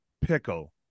Pickle